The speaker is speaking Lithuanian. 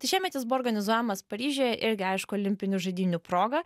šiemet jis buvo organizuojamas paryžiuje irgi aišku olimpinių žaidynių proga